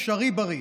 אפשריבריא.